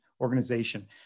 organization